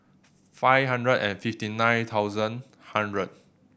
five hundred and fifty nine thousand hundred